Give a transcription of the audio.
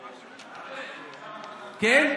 כן?